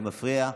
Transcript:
זה מפריע.